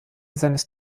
seines